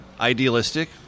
idealistic